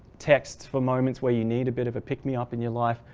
texts, for moments where you need a bit of a pick-me-up in your life.